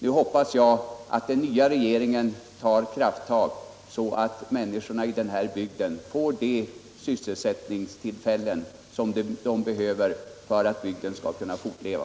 Nu hoppas jag att den nya regeringen tar krafttag, så att människorna i bygden får de sysselsättningstillfällen som behövs för att bygden skall kunna fortleva.